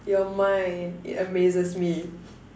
your mind it amazes me